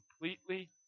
completely